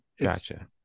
Gotcha